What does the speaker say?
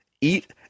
eat